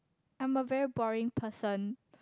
I'm a very boring person